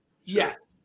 Yes